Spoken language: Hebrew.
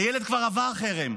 הילד כבר עבר חרם,